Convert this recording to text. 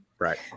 Right